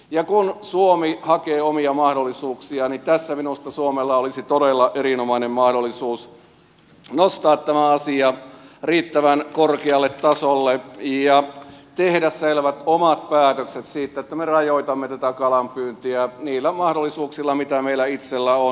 ja kun suomi hakee omia mahdollisuuksiaan niin tässä minusta suomella olisi todella erinomainen mahdollisuus nostaa tämä asia riittävän korkealle tasolle ja tehdä selvät omat päätökset siitä että me rajoitamme tätä kalanpyyntiä niillä mahdollisuuksilla mitä meillä itsellämme on